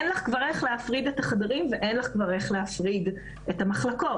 אין לך כבר איך להפריד את החדרים ואין לך כבר איך להפריד את המחלקות.